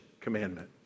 commandment